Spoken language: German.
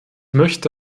möchte